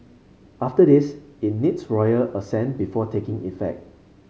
after this it needs royal assent before taking effect